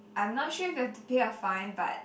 I'm not sure if you have to pay a fine but